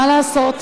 מה לעשות.